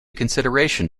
consideration